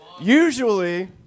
Usually